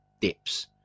dips